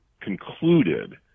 concluded